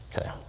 Okay